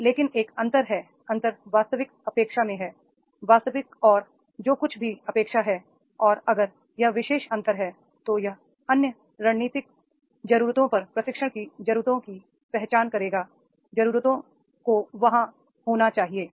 तो लेकिन एक अंतर है अंतर वास्तविक अपेक्षा में है वास्तविक और जो कुछ भी अपेक्षा है और अगर यह विशेष अंतर है तो यह अन्य रणनीतिक जरूरतों पर प्रशिक्षण की जरूरतों की पहचान करेगा जरूरतों को वहां होना चाहिए